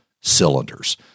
cylinders